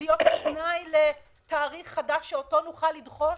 להיות תנאי לתאריך חדש שאותו נוכל לדחות?